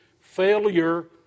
Failure